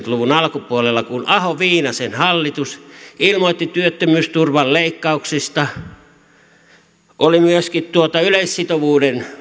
luvun alkupuolella kun ahon viinasen hallitus ilmoitti työttömyysturvan leikkauksista myöskin yleissitovuuden